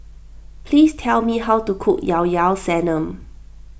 please tell me how to cook Llao Llao Sanum